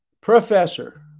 Professor